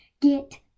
Get